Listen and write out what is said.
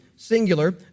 singular